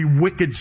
wicked